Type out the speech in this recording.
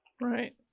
Right